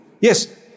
Yes